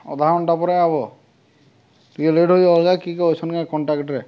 ଅଧା ଘଣ୍ଟା ପରେ ଆଇବ ଟିକେ ଲେଟ ହୋଇଯାଉଛେ କିଏ ଅଛନ୍ କେ କଣ୍ଟାକ୍ଟରେ